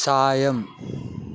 సాయం